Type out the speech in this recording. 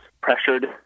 pressured